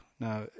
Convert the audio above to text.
Now